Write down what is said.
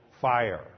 fire